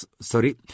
sorry